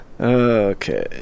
Okay